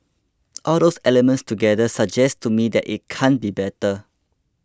all those elements together suggest to me that it can't be better